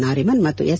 ನಾರಿಮನ್ ಮತ್ತು ಎಸ್